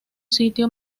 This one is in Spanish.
sitio